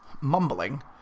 mumbling